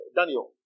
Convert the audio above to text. Daniel